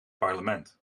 parlement